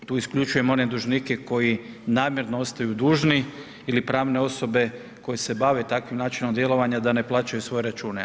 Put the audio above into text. Tu isključujem one dužnike koji namjerno ostaju dužni ili pravne osobe koje se bave takvim načinom djelovanja da ne plaćaju svoje račune.